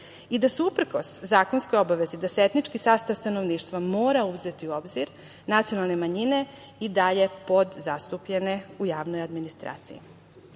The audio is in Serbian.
i da su, uprkos zakonskoj obavezi da se etnički sastav stanovništva mora uzeti u obzir, nacionalne manjine i dalje podzastupljene u javnoj administgraciji. Kritika